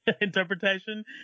interpretation